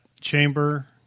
Chamber